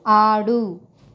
ఆడు